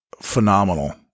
phenomenal